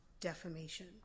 defamation